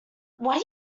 what